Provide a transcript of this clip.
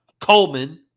Coleman